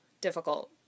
difficult